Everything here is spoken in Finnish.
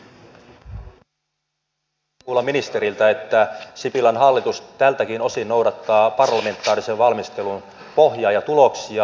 oli hienoa kuulla ministeriltä että sipilän hallitus tältäkin osin noudattaa parlamentaarisen valmistelun pohjaa ja tuloksia